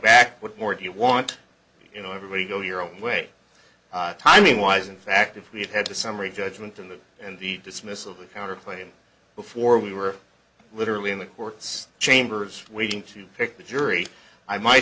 back what more do you want you know everybody go your own way timing wise in fact if we had had a summary judgment in the and the dismissal of the counterclaim before we were literally in the courts chambers waiting to pick the jury i might